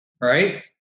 right